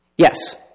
Yes